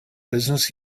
business